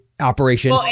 operation